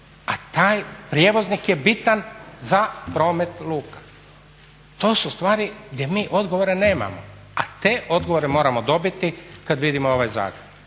A taj prijevoznik je bitan za promet luka. To su stvari gdje mi odgovore nemamo, a te odgovore moramo dobiti kada vidimo ovaj zakon.